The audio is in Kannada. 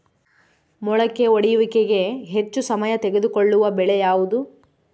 ಮೊಳಕೆ ಒಡೆಯುವಿಕೆಗೆ ಹೆಚ್ಚು ಸಮಯ ತೆಗೆದುಕೊಳ್ಳುವ ಬೆಳೆ ಯಾವುದು?